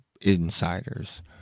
insiders